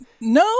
No